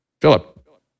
Philip